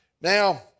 Now